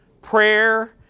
prayer